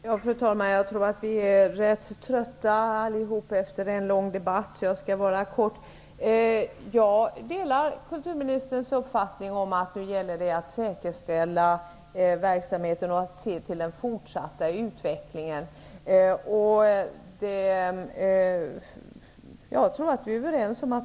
Fru talman! Jag tror att vi allihop är rätt trötta efter en lång debatt. Jag skall därför vara kortfattad. Jag delar kulturministerns uppfattning att det nu gäller att säkerställa verksamheter och se till den fortsatta utvecklingen. Det tror jag att vi är överens om.